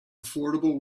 affordable